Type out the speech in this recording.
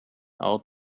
all